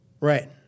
Right